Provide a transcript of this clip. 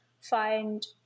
find